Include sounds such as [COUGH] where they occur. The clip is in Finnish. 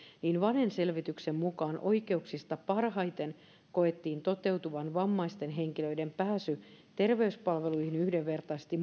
niin vanen selvityksen mukaan oikeuksista parhaiten koettiin toteutuvan vammaisten henkilöiden pääsy terveyspalveluihin yhdenvertaisesti [UNINTELLIGIBLE]